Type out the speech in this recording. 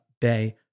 Bay